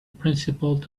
principle